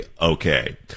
Okay